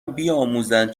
بیاموزند